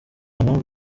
mpamvu